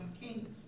kings